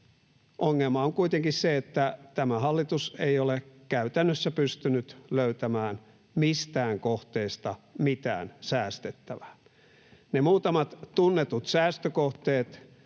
Ongelma on kuitenkin se, että tämä hallitus ei ole käytännössä pystynyt löytämään mistään kohteesta mitään säästettävää. Nekin muutamat tunnetut säästökohteet,